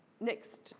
next